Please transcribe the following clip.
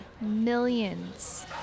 millions